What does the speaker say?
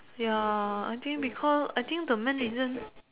ya I think because I think the main reason